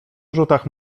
rzutach